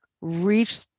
reach